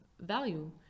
value